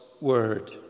Word